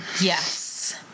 Yes